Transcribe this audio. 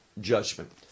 judgment